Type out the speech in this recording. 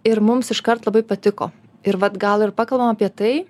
ir mums iškart labai patiko ir vat gal ir pakalbam apie tai